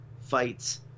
fights